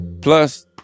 Plus